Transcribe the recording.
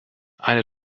eine